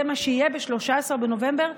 זה מה שיהיה ב-13 בנובמבר,